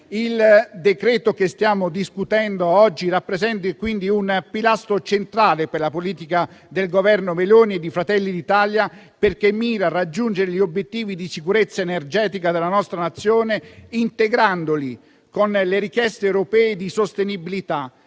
Il decreto-legge che stiamo discutendo oggi rappresenta quindi un pilastro centrale per la politica del Governo Meloni e di Fratelli d'Italia, perché mira a raggiungere gli obiettivi di sicurezza energetica della nostra Nazione integrandoli con le richieste europee di sostenibilità,